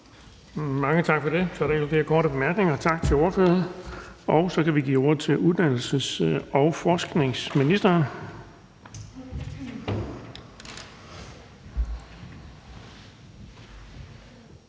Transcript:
Tak for det. Så er der ikke flere korte bemærkninger. Tak til ordføreren. Så kan vi give ordet til uddannelses- og forskningsministeren.